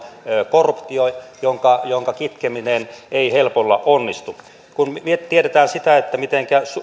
korruptio jonka jonka kitkeminen ei helpolla onnistu kun tiedetään se mitenkä